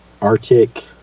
Arctic